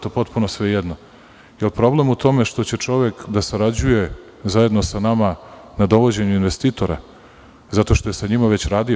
Da li je problem u tome što će čovek da sarađuje zajedno sa nama na dovođenju investitora zato što je sa njima već radio?